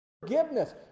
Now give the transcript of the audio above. Forgiveness